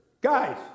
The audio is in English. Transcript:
guys